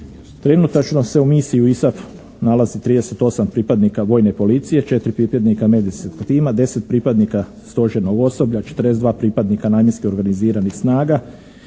Trenutačno se u misiji ISAF nalazi 38 pripadnika vojne policije, 4 pripadnika medis tima, 10 pripadnika stožernog osoblja, 42 pripadnika namjenskih organiziranih snaga,